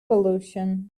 pollution